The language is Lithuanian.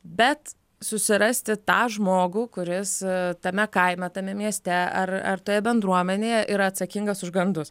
bet susirasti tą žmogų kuris tame kaime tame mieste ar ar toje bendruomenėje yra atsakingas už gandus